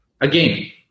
Again